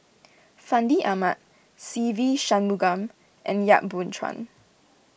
Fandi Ahmad Se Ve Shanmugam and Yap Boon Chuan